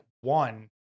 one